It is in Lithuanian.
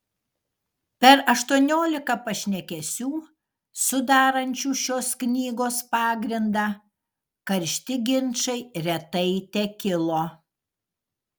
per aštuoniolika pašnekesių sudarančių šios knygos pagrindą karšti ginčai retai tekilo